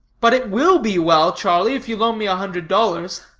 but it will be well, charlie, if you loan me a hundred dollars.